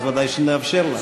אז ודאי שנאפשר לה.